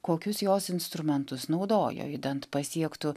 kokius jos instrumentus naudojo idant pasiektų